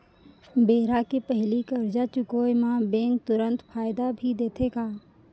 बेरा के पहिली करजा चुकोय म बैंक तुरंत फायदा भी देथे का?